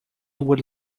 would